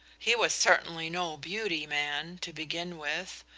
he was certainly no beauty man, to begin with,